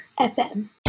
FM